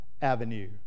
avenue